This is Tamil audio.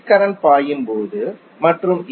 கரண்ட் பாயும்போது மற்றும் ஏ